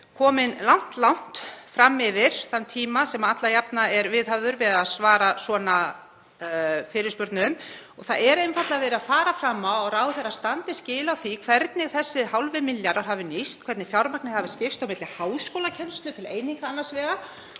komin langt fram yfir þann tíma sem alla jafna er viðhafður við að svara slíkum fyrirspurnum. Það er einfaldlega verið að fara fram á að ráðherra standi skil á því hvernig þessi hálfi milljarður hafi nýst, hvernig fjármagnið hafi skipst á milli háskólakennslu til eininga annars vegar